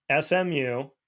SMU